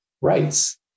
rights